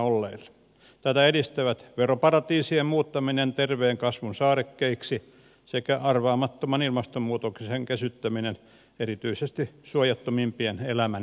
tätä edistävät veroparatiisien muuttaminen terveen kasvun saarekkeiksi sekä arvaamattoman ilmastonmuutoksen kesyttäminen erityisesti suojattomimpien elämän turvaamiseksi